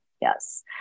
Yes